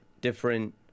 different